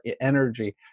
energy